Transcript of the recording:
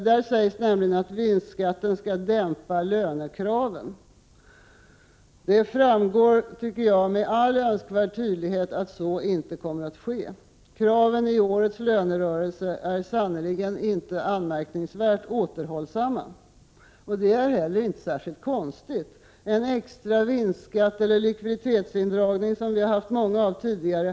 Där sägs nämligen att vinstskatten skall dämpa lönekraven. Det framgår, tycker jag, med all önskvärd tydlighet att så inte kommer att ske. Kraven i årets lönerörelse är sannerligen inte anmärkningsvärt återhållsamma, och det är heller inte särskilt konstigt. En extra vinstskatt eller likviditetsindragning har vi haft mycket av tidigare.